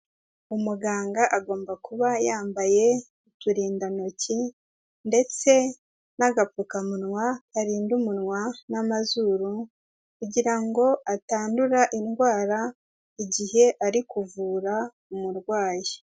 Umuganga agomba kuba yambaye uturindantoki ndetse n'agapfukamunwa, karinda umunwa n'amazuru kugira ngo atandura indwara, igihe ari kuvura umurwayi.